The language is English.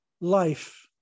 life